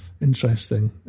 interesting